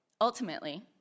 Ultimately